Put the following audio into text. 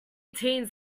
teens